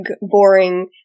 boring